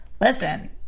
listen